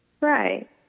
Right